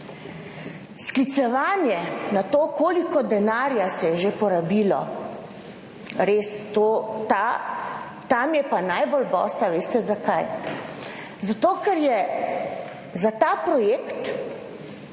Sklicevanje na to koliko denarja se je že porabilo, res ta tam je pa najbolj bosa. Veste zakaj? Zato, ker je za ta projekt